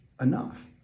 enough